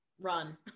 Run